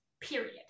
period